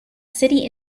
city